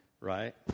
right